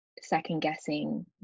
second-guessing